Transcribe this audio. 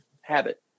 habit